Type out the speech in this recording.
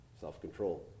Self-control